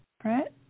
Brett